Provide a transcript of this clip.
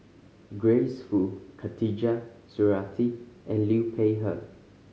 Grace Fu Khatijah Surattee and Liu Peihe